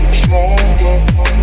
stronger